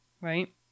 right